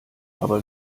aber